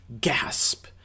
Gasp